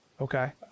Okay